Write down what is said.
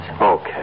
Okay